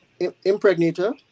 impregnator